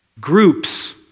groups